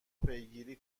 پیگیری